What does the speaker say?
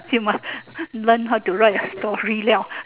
you must learn how to write a story [liao]